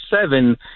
seven